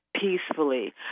peacefully